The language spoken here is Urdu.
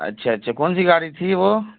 اچھا اچھا کون سی گاڑی تھی وہ